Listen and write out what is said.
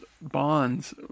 bonds